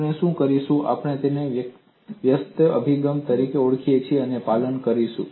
આપણે શું કરીશું આપણે તેને વ્યસ્ત અભિગમ તરીકે ઓળખીએ છીએ તેનું પાલન કરીશું